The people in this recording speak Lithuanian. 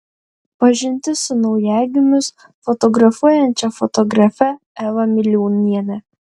pažintis su naujagimius fotografuojančia fotografe eva miliūniene